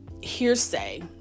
hearsay